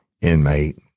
inmate